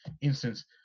instance